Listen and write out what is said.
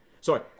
Sorry